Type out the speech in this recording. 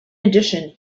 addition